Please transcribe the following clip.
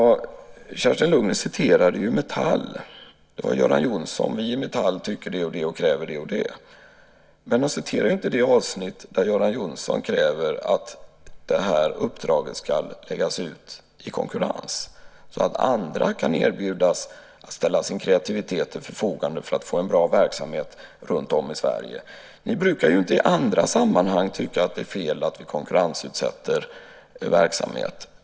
Kerstin Lundgren citerade Metall. Göran Johnsson sade att vi i Metall tycker det och det och kräver det och det. Men hon citerade inte det avsnitt där Göran Johnsson kräver att detta uppdrag ska läggas ut i konkurrens, så att andra kan erbjudas att ställa sin kreativitet till förfogande för att man ska få en bra verksamhet runtom i Sverige. Ni brukar ju inte i andra sammanhang tycka att det är fel att vi konkurrensutsätter verksamhet.